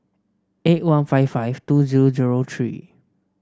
eight one five five two zero zero three